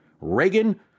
Reagan